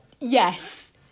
Yes